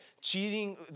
cheating